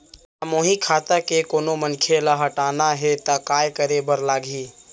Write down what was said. सामूहिक खाता के कोनो मनखे ला हटाना हे ता काय करे बर लागही?